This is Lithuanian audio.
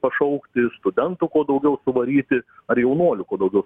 pašaukti studentų kuo daugiau suvaryti ar jaunuolių kuo daugiau